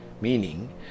meaning